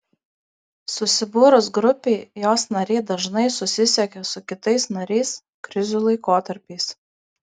susibūrus grupei jos nariai dažnai susisiekia su kitais nariais krizių laikotarpiais